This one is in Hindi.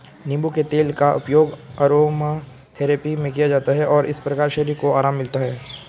नींबू के तेल का उपयोग अरोमाथेरेपी में किया जाता है और इस प्रकार शरीर को आराम मिलता है